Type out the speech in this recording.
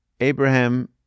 Abraham